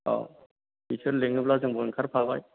औ बिसोर लेङोब्ला जोंबो ओंखारफाबाय